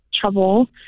trouble